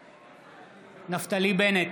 בעד נפתלי בנט,